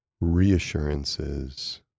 reassurances